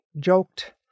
joked